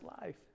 life